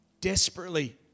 desperately